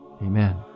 Amen